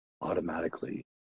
automatically